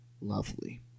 Lovely